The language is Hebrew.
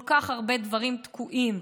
כל כך הרבה דברים תקועים: